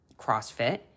CrossFit